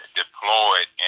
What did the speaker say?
deployed